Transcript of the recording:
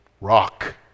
rock